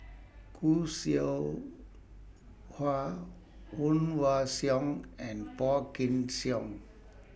Khoo Seow Hwa Woon Wah Siang and Phua Kin Siang